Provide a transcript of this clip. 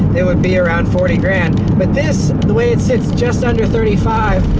it would be around forty grand but this, the way it sits, just under thirty five,